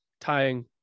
tying